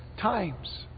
times